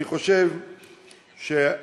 אני חושב שהעמדה